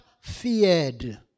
feared